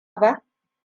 ba